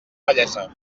bellesa